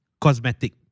cosmetic